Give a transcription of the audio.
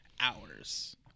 hours